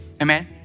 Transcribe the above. Amen